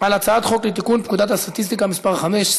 על הצעת חוק לתיקון פקודת הסטטיסטיקה (מס' 5)